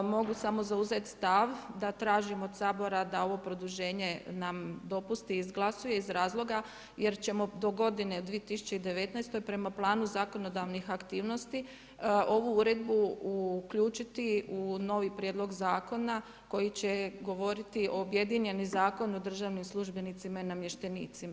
Mogu samo zauzeti stav da tražim od Sabora da ovo produženje nam dopusti, izglasuje iz razloga jer ćemo do godine 2019. prema planu zakonodavnih aktivnosti ovu uredbu uključiti u novi Prijedlog Zakona koji će govoriti o objedinjeni zakon o državnim službenicima i namještenicima.